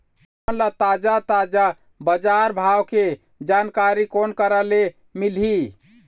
हमन ला ताजा ताजा बजार भाव के जानकारी कोन करा से मिलही?